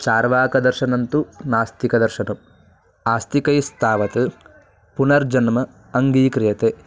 चार्वाकदर्शनं तु नास्तिकदर्शनम् आस्तिकैस्तावत् पुनर्जन्म अङ्गीक्रियते